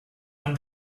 one